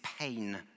pain